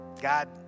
God